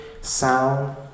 sound